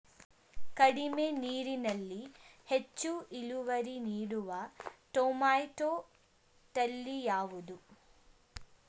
ಕಡಿಮೆ ನೀರಿನಲ್ಲಿ ಹೆಚ್ಚು ಇಳುವರಿ ನೀಡುವ ಟೊಮ್ಯಾಟೋ ತಳಿ ಯಾವುದು?